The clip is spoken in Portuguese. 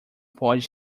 pode